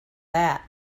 that